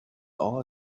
all